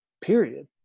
period